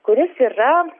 kuris yra